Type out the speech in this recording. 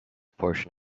portion